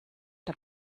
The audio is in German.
der